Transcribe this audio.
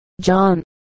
John